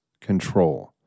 control